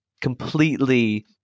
completely